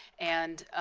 and